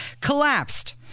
collapsed